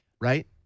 Right